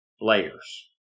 layers